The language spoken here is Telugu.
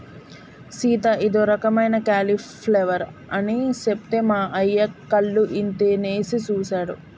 సీత ఇదో రకమైన క్యాలీఫ్లవర్ అని సెప్తే మా అయ్య కళ్ళు ఇంతనేసి సుసాడు